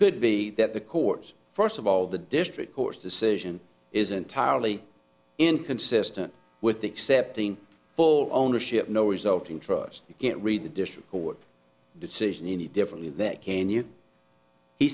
could be that the courts first of all the district court's decision is entirely inconsistent with the accepting full ownership no resulting trust you can't read the district court decision any differently that can you he